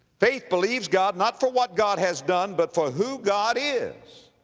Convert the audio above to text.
faith believes god, not for what god has done, but for who god is.